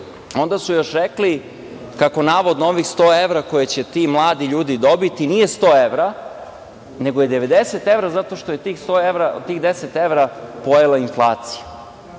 su još rekli kako navodno ovih 100 evra koje će ti mladi ljudi dobiti nije 100 evra, nego je 90 evra zato što je tih 10 evra pojela inflacija.